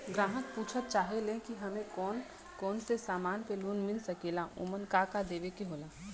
ग्राहक पुछत चाहे ले की हमे कौन कोन से समान पे लोन मील सकेला ओमन का का देवे के होला?